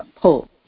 pull